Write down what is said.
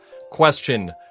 question